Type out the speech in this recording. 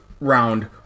round